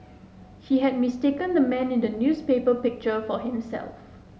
he had mistaken the man in the newspaper picture for himself